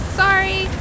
sorry